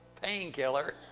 painkiller